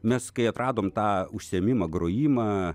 mes kai atradom tą užsiėmimą grojimą